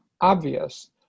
obvious